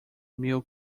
mill